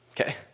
Okay